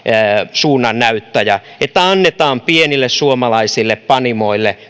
suunnannäyttäjä että annetaan myös pienille suomalaisille panimoille